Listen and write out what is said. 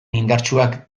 indartsuak